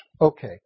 Okay